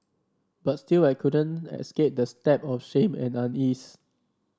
but still I couldn't escape the stab of shame and unease